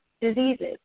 diseases